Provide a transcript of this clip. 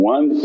One